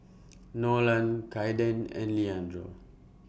Nolan Kaiden and Leandro